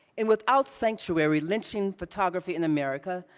in without sanctuary lynching photography in america,